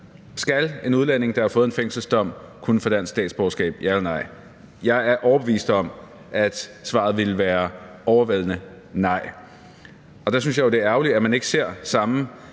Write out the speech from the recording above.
Skal en udlænding, der har fået en fængselsdom, kunne få dansk statsborgerskab – ja eller nej? Jeg er overbevist om, at svaret ville være et overvældende nej. Og der synes jeg jo, det er ærgerligt, at man ikke ser samme